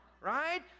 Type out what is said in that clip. right